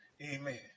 Amen